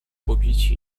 pobici